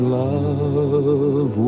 love